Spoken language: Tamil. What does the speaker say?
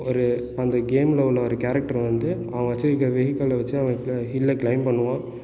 ஒரு அந்த கேமில் உள்ள ஒரு கேரெக்ட்ர்ரை வந்து அவன் வச்சுருக்க வெஹிகளில் வச்சு அவன் ஒரு ஹில்ல கிளைம் பண்ணுவான்